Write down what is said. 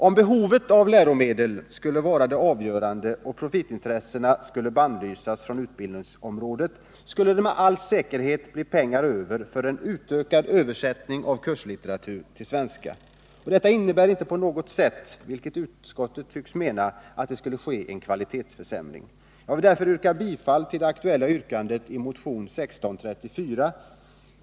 Om behovet av läromedel skulle vara det avgörande och profitintressena skulle bannlysas från utbildningsområdet skulle det med all säkerhet bli pengar över för en utökad översättning av kurslitteratur till svenska. Och detta innebär inte på något sätt — vilket utskottet tycks mena — att det skulle ske en kvalitetsförsämring. Jag vill därför yrka bifall till det aktuella yrkandet i motionen 1634.